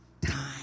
time